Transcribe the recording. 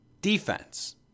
defense